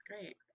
Great